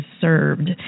served